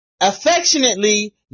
affectionately